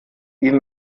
ihn